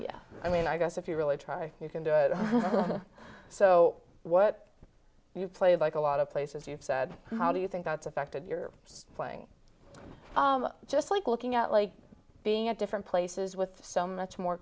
i mean i guess if you really try you can do it so what you play like a lot of places you've said how do you think that's affected your playing just like looking out like being at different places with so much more